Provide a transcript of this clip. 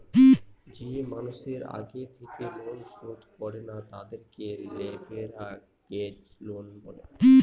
যে মানুষের আগে থেকে লোন শোধ করে না, তাদেরকে লেভেরাগেজ লোন বলে